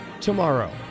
tomorrow